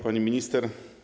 Pani Minister!